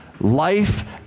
life